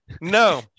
no